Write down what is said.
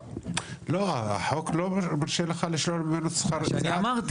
החוק לא מרשה לך לשלול שכר עבודה.